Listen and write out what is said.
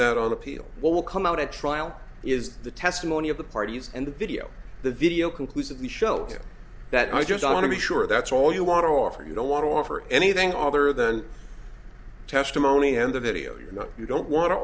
that on appeal what will come out at trial is the testimony of the parties and the video the video conclusively show that i just want to be sure that's all you want to offer you don't want to offer anything other than testimony and the video you know you don't want to